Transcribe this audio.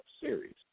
series